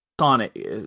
Sonic